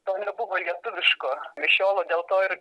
to nebuvo lietuviško mišiolo dėl to ir